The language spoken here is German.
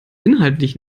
inhaltlich